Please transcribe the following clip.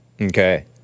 Okay